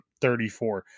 34